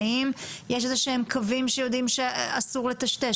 האם יש קווים שיודעים שאסור לטשטש?